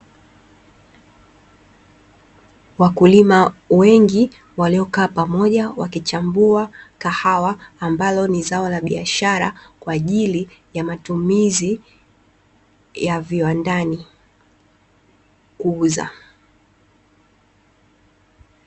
Wakulima wengi waliokaa pamoja wakichambua kahawa ambazo ni zao la biashara kwa ajili ya matumizi ya viwandani kuuza.